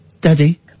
Daddy